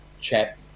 chat